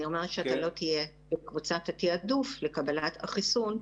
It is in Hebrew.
אני אומרת שאתה לא תהיה בקבוצת התיעדוף לקבלת החיסון.